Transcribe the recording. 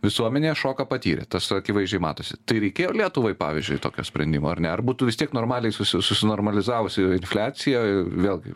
visuomenė šoką patyrė tas akivaizdžiai matosi tai reikėjo lietuvai pavyzdžiui tokio sprendimo ar ne ar būtų vis tiek normaliai susi susinormalizavusi infliacija vėlgi